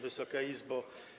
Wysoka Izbo!